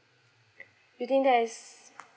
you think that is